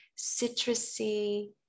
citrusy